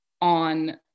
on